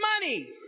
money